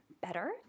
better